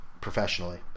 professionally